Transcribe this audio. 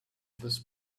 this